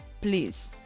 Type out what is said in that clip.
Please